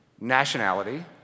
nationality